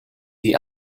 the